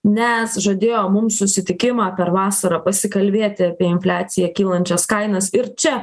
nes žadėjo mums susitikimą per vasarą pasikalbėti apie infliaciją kylančias kainas ir čia